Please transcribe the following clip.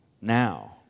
now